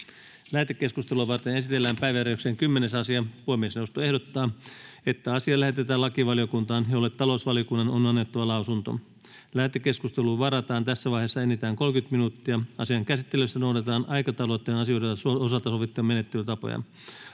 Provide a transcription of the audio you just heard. Lähetekeskustelua varten esitellään päiväjärjestyksen 10. asia. Puhemiesneuvosto ehdottaa, että asia lähetetään lakivaliokuntaan, jolle talousvaliokunnan on annettava lausunto. Lähetekeskusteluun varataan tässä vaiheessa enintään 30 minuuttia. Asian käsittelyssä noudatetaan aikataulutettujen asioiden osalta sovittuja menettelytapoja.